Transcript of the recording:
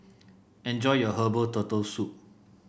enjoy your Herbal Turtle Soup